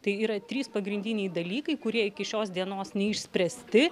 tai yra trys pagrindiniai dalykai kurie iki šios dienos neišspręsti